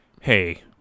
hey